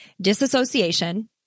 Disassociation